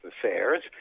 affairs